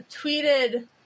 tweeted